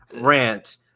rant